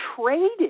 traded